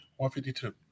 152